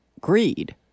greed